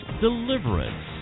deliverance